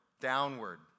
downward